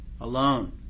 alone